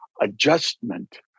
adjustment